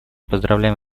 поздравляем